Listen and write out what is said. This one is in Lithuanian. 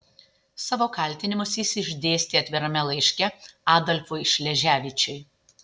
savo kaltinimus jis išdėstė atvirame laiške adolfui šleževičiui